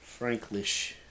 Franklish